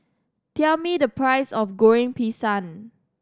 tell me the price of Goreng Pisang